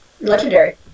Legendary